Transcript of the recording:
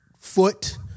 foot